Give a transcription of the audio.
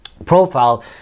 Profile